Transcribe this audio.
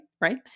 right